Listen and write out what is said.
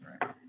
right